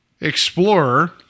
explorer